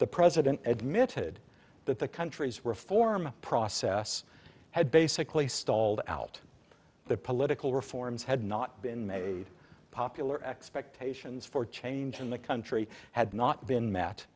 the president admitted that the country's reform process had basically stalled out the political reforms had not been made popular expectations for change in the country had not been m